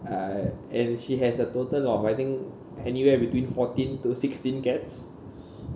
uh and she has a total of I think anywhere between fourteen to sixteen cats